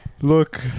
Look